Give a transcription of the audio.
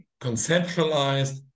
conceptualized